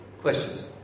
questions